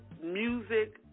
music